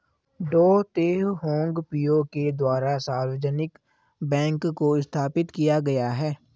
डॉ Teh Hong Piow के द्वारा सार्वजनिक बैंक को स्थापित किया गया है